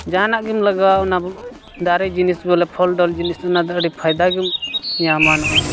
ᱡᱟᱦᱟᱱᱟᱜ ᱜᱮᱢ ᱞᱟᱜᱟᱣᱟ ᱚᱱᱟ ᱫᱟᱨᱮ ᱡᱤᱱᱤᱥ ᱵᱚᱞᱮ ᱯᱷᱚᱞᱰᱚᱞ ᱡᱤᱱᱤᱥ ᱚᱱᱟ ᱫᱚ ᱟᱹᱰᱤ ᱯᱷᱟᱭᱫᱟ ᱜᱮᱢ ᱧᱟᱢᱟ ᱱᱚᱜᱼᱚᱸᱭ